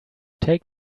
take